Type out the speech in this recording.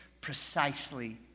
precisely